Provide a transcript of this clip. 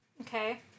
Okay